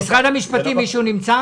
מישהו נמצא